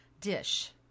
dish